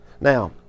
Now